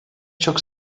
çok